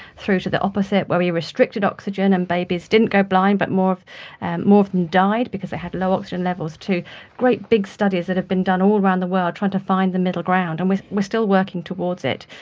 through to the opposite where we restricted oxygen and babies didn't go blind but more of and them died because they had low oxygen levels, to great big studies that have been done all around the world trying to find the middle ground. and we are still working towards it.